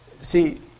See